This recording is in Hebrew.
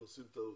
עשיתם טעות.